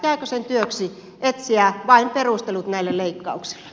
jääkö sen työksi etsiä vain perustelut näille leikkauksille